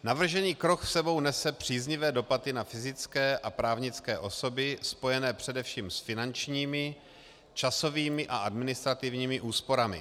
Navržený krok s sebou nese příznivé dopady na fyzické a právnické osoby spojené především s finančními, časovými a administrativními úsporami.